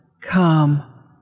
Come